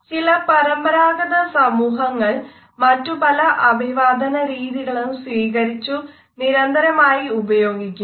ചില പരമ്പരാഗത സമൂഹങ്ങൾ മറ്റുപല അഭിവാദനരീതികളും സ്വീകരിച്ചു നിരന്തരമായി ഉപയോഗിക്കുന്നു